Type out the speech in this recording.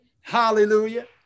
Hallelujah